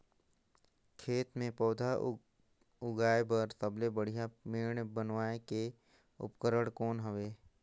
खेत मे पौधा उगाया बर सबले बढ़िया मेड़ बनाय के उपकरण कौन हवे?